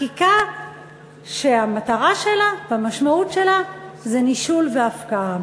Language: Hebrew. חקיקה שהמטרה שלה והמשמעות שלה זה נישול והפקעה.